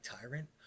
tyrant